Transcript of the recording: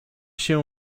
się